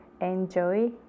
enjoy